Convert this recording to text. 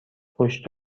پشت